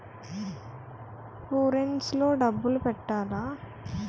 Purse లో డబ్బులు పెట్టలా?